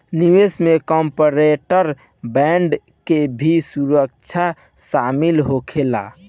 निवेश में corporate bond के भी सुरक्षा शामिल होखेला